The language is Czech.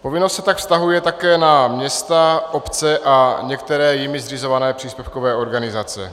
Povinnost se tak vztahuje také na města, obce a některé jimi zřizované příspěvkové organizace.